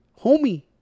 homie